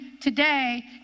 today